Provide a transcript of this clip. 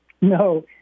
No